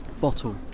bottle